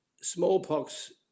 Smallpox